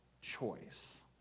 choice